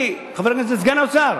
חבר הכנסת סגן השר,